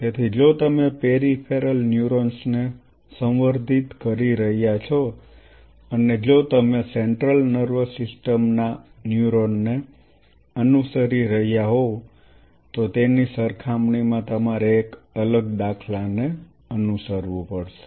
તેથી જો તમે પેરિફેરલ ન્યુરોન્સને સંવર્ધિત કરી રહ્યા છો અને જો તમે સેન્ટ્રલ નર્વસ સિસ્ટમ ના ન્યુરોનને અનુસરી રહ્યા હોવ તો તેની સરખામણીમાં તમારે એક અલગ દાખલાને અનુસરવું પડશે